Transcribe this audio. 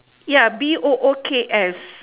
ya B O O K S